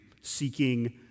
seeking